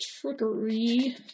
trickery